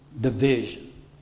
division